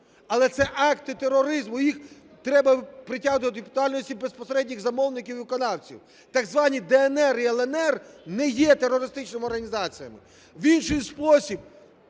Але це акти тероризму і їх треба притягувати до відповідальності безпосередніх замовників і виконавців. Так звані "ДНР" і "ЛНР" не є терористичними організаціями. В інший спосіб